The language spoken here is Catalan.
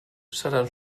seran